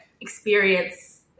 experience